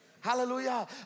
Hallelujah